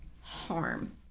harm